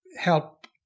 help